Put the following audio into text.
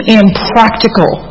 impractical